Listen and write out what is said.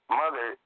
mother